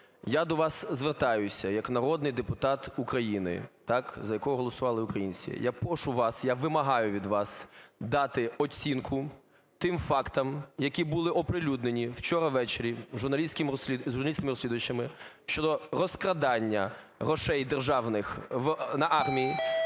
Я до вас звертаюся як народний депутат України, за якого голосували українці. Я прошу вас, я вимагаю від вас дати оцінку тим фактам, які були оприлюднені вчора ввечері журналістами-розслідувачами щодо розкрадання грошей державних на армію,